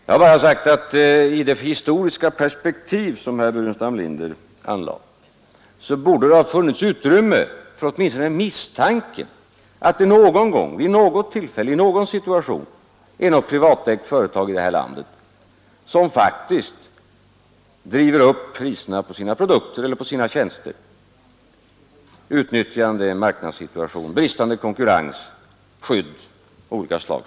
Jag har bara sagt att i det historiska perspektiv som herr Burenstam Linder anlade borde det ha funnits utrymme för åtminstone misstanken att det någon gång, vid något tillfälle, i någon situation funnits något privat företag i det här landet som faktiskt drivit upp priserna på sina produkter eller på sina tjänster, utnyttjande en marknadssituation och bristande konkurrens av olika slag.